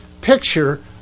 picture